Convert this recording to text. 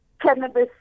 cannabis